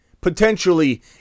potentially